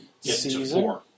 season